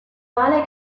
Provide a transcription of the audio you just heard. vale